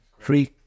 Three